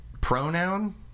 pronoun